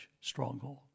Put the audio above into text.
stronghold